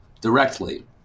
directly